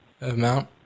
amount